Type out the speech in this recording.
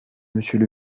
monsieur